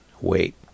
Wait